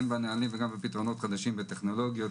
פתרונות חדשים בטכנולוגיות,